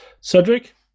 Cedric